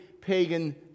pagan